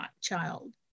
child